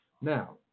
now